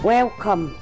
Welcome